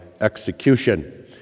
execution